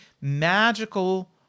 magical